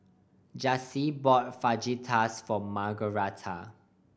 Jaycee bought Fajitas for Margaret